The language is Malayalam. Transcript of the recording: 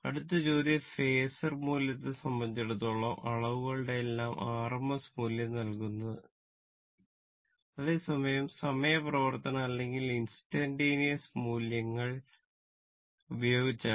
അടുത്ത ചോദ്യം ഫാസർ സൂചിപ്പിക്കുന്നത് പരമാവധി മൂല്യങ്ങൾ ഉപയോഗിച്ചാണ്